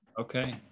okay